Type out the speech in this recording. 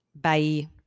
Bye